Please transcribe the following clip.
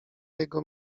jego